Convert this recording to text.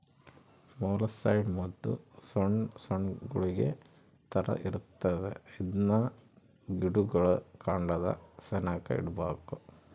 molluscicide ಮದ್ದು ಸೊಣ್ ಸೊಣ್ ಗುಳಿಗೆ ತರ ಇರ್ತತೆ ಇದ್ನ ಗಿಡುಗುಳ್ ಕಾಂಡದ ಸೆನೇಕ ಇಡ್ಬಕು